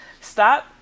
stop